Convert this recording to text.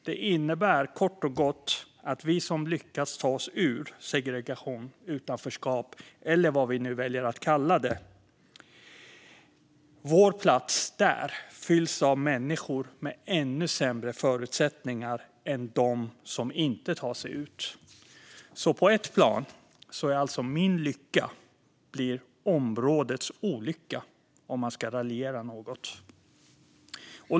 Den innebär kort och gott att om vi lyckas ta oss ur segregation, utanförskap eller vad vi väljer att kalla det fylls vår plats där av människor med ännu sämre förutsättningar än de som inte tar sig ut har. Så på ett plan blir alltså min lycka områdets olycka, om man ska raljera något.